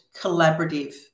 collaborative